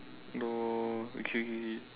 oh okay K K